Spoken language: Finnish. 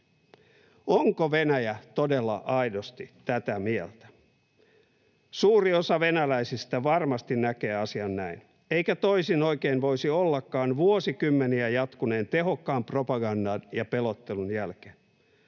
Onko Venäjä todella aidosti tätä mieltä? Suuri osa venäläisistä varmasti näkee asian näin, eikä toisin oikein voisi ollakaan vuosikymmeniä jatkuneen tehokkaan propagandan ja pelottelun jälkeen.